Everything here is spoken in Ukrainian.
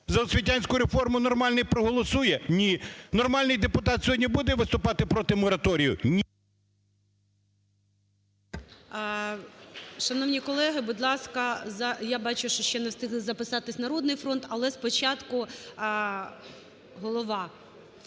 За освітянську реформу нормальний проголосує? Ні. Нормальний депутат сьогодні буде виступати проти мораторію? Ні. ГОЛОВУЮЧИЙ. Шановні колеги, будь ласка… я бачу, що ще не встигли записатись "Народний фронт". Але спочатку голова